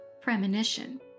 premonition